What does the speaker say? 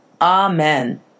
Amen